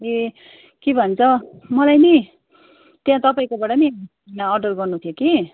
ए के भन्छ मलाई नि त्यहाँ तपाईँकोबाट नि अर्डर गर्नु थियो कि